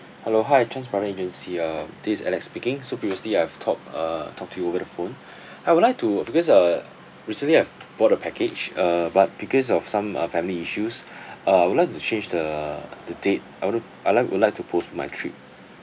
hello hi chan's brother agency uh this is alex speaking so previously I've talk uh talk to you over the phone I would like to because uh recently I've bought a package uh but because of some uh family issues uh I would like to change the the date I want to I like would like to post~ my trip